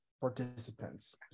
participants